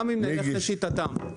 גם אם נלך לשיטתם.